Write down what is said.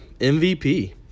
MVP